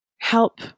help